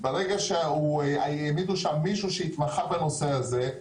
ברגע שהעמידו שם מישהו שהתמחה בנושא הזה,